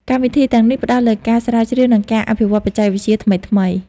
កម្មវិធីទាំងនេះផ្តោតលើការស្រាវជ្រាវ និងការអភិវឌ្ឍបច្ចេកវិទ្យាថ្មីៗ។